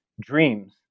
dreams